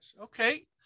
okay